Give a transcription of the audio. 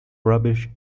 rubbish